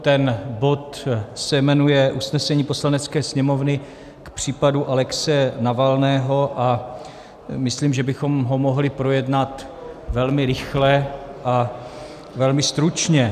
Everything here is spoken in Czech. Ten bod se jmenuje Usnesení Poslanecké sněmovny k případu Alexeje Navalného a myslím, že bychom ho mohli projednat velmi rychle a velmi stručně.